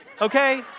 okay